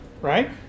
right